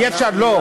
אי-אפשר, לא.